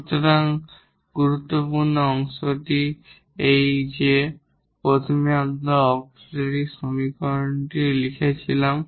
সুতরাং গুরুত্বপূর্ণ অংশটি ছিল যে প্রথমে আমরা অক্সিলিয়ারি সমীকরণটি লিখেছিলাম